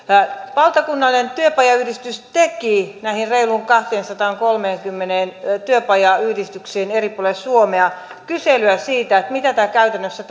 valtakunnallinen työpajayhdistys teki näihin reiluun kahteensataankolmeenkymmeneen työpajayhdistykseen eri puolilla suomea kyselyä siitä mitä tämä käytännössä